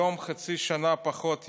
היום, חצי שנה פחות יום,